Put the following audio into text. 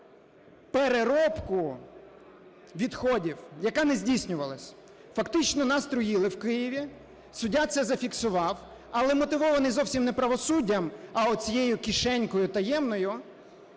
переробку відходів, яка не здійснювалась. Фактично нас труїли в Києві. Суддя це зафіксував, але мотивований зовсім не правосуддям, а от цією кишенькою таємною,